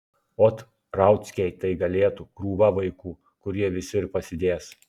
ot rauckiai tai galėtų krūva vaikų kur jie visi ir pasidės